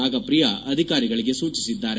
ರಾಗಪ್ರಿಯಾ ಅಧಿಕಾರಿಗಳಿಗೆ ಸೂಜಿಸಿದ್ದಾರೆ